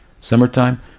summertime